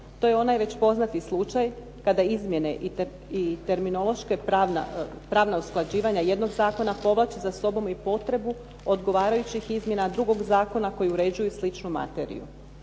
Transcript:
To je onaj već poznati slučaj kada izmjene i terminološka pravna usklađivanja jednog zakona povlači za sobom i potrebu odgovarajućih izmjena drugog zakona koji uređuju sličnu materiju.